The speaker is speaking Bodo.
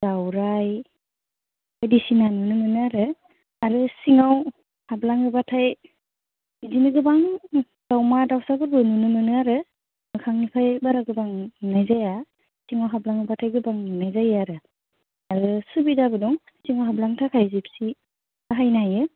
दावराइ बायदिसिना नुनो मोनो आरो आरो सिङाव हाबलाङोब्लाथाय बिदिनो गोबां दाउमा दाउसाफोरखौ नुनो मोनो आरो मोखांनिफ्राय बारा गोबां नुनाय जाया सिङाव हाबलाङोब्लाथाय गोबां नुनाय जायो आरो आरो सुबिदाबो दं सिङाव हाबलांनो थाखाय जिपसि बाहायनो हायो